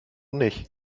nicht